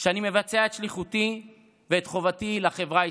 שאני מבצע את שליחותי ואת חובתי לחברה הישראלית,